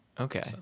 Okay